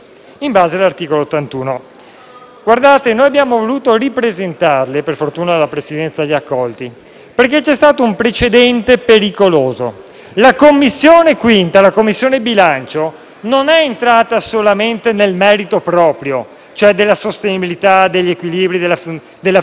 Noi abbiamo voluto ripresentarli - per fortuna la Presidenza li ha ammessi - perché c'è stato un precedente pericoloso. La 5a Commissione, la Commissione bilancio, non è entrata solamente nel merito proprio, cioè la sostenibilità degli equilibri della finanza pubblica, ma